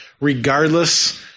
regardless